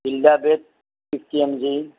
fifty M G